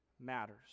matters